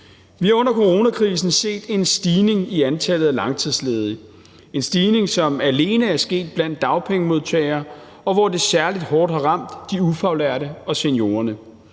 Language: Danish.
Vi har under coronakrisen set en stigning i antallet af langtidsledige – en stigning, som alene er sket blandt dagpengemodtagere, og hvor det særlig hårdt har ramt de ufaglærte og seniorerne.